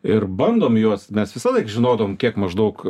ir bandom juos mes visąlaik žinodavom kiek maždaug